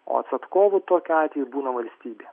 o atsakovu tokiu atveju būna valstybė